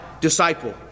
disciple